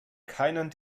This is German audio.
keinen